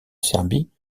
serbie